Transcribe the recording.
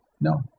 No